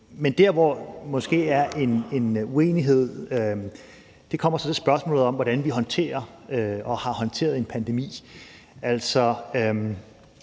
Men der, hvor der måske er en uenighed, er i spørgsmålet om, hvordan vi håndterer og har håndteret en pandemi.